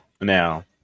Now